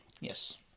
Yes